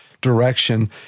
direction